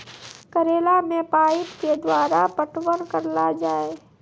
करेला मे पाइप के द्वारा पटवन करना जाए?